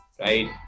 right